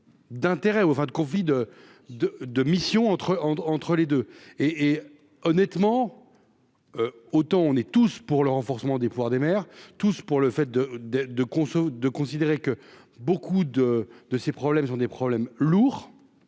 D'intérêt au de, de, de mission entre entre les deux et et honnêtement, autant on est tous pour le renforcement des pouvoirs des maires, tous pour le fait de de conso de considérer que beaucoup de de ces problèmes sont des problèmes lourds.